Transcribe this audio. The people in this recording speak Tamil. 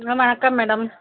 வணக்கம் மேடம்